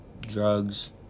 drugs